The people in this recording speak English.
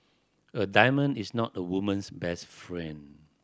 a diamond is not a woman's best friend